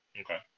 Okay